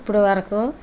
ఇప్పుడువరకు